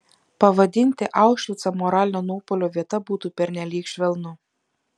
pavadinti aušvicą moralinio nuopuolio vieta būtų pernelyg švelnu